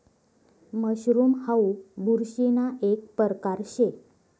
mushroom हाऊ बुरशीना एक परकार शे